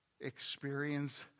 experience